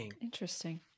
Interesting